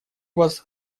вас